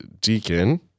deacon—